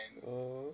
oh